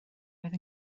oedd